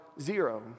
zero